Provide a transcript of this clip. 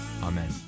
Amen